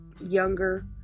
younger